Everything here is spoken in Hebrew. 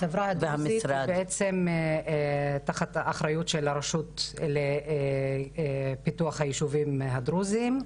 החברה הדרוזית היא תחת האחריות של הרשות לפיתוח הישובים הדרוזים.